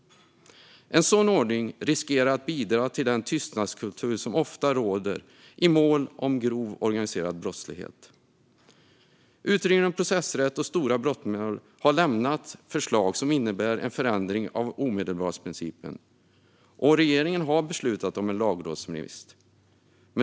En sådan ordning riskerar att bidra till den tystnadskultur som ofta råder i mål om grov organiserad brottslighet. Utredningen om processrätt och stora brottmål har lämnat förslag som innebär en förändring av omedelbarhetsprincipen, och regeringen har också nyligen beslutat om en lagrådsremiss.